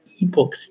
ebooks